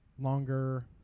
longer